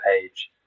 page